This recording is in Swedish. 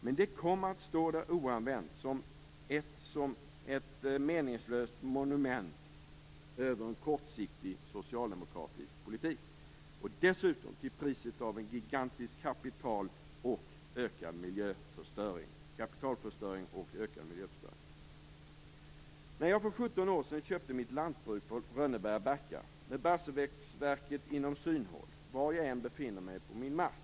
Men det kommer att stå där oanvänt som ett meningslöst monument över en kortsiktig socialdemokratisk politik. Det kommer dessutom att ske till priset av en gigantisk kapitalförstöring och ökad miljöförstöring. För 17 år sedan köpte jag mitt lantbruk på Rönneberga Backar, med Barsebäcksverket inom synhåll var jag än befinner mig på min mark.